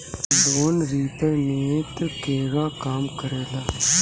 Loan repayment केगा काम करेला?